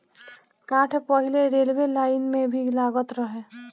काठ पहिले railway line में भी लागत रहे